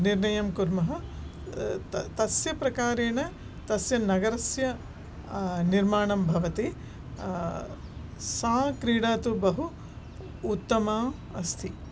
निर्णयं कुर्मः त् तस्य प्रकारेण तस्य नगरस्य निर्माणं भवति सा क्रीडा तु बहु उत्तमा अस्ति